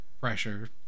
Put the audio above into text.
pressure